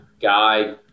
guy